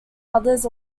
others